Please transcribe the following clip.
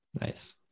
nice